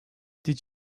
did